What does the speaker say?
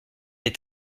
est